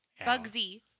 Bugsy